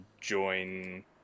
join